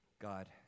God